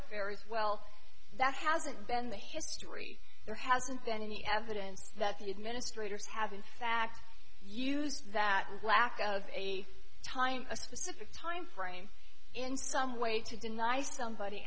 very well that hasn't been the history there hasn't been any evidence that the administrators have in fact used that lack of a time a specific time frame in some way to deny somebody